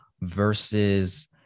versus